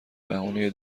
بهونه